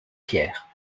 pierre